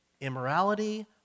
immorality